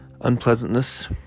unpleasantness